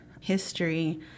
history